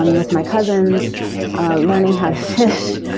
um with my cousins learning how to fish,